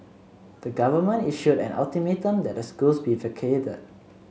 the government issued an ultimatum that the schools be vacated